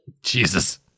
Jesus